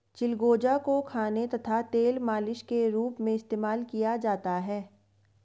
चिलगोजा को खाने तथा तेल मालिश के रूप में इस्तेमाल किया जाता है